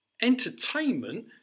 Entertainment